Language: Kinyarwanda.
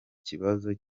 kibazo